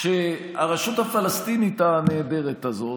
שהרשות הפלסטינית הנהדרת הזאת,